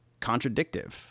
contradictive